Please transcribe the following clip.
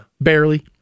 barely